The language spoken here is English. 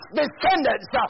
descendants